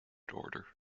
order